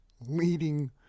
leading